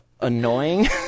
Annoying